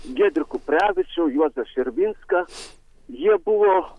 giedrių kuprevičių juozą širvinską jie buvo